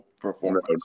performance